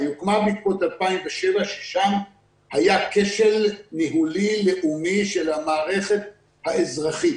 היא הוקמה בעקבות 2007 ששם היה כשל ניהולי לאומי של המערכת האזרחית,